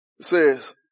says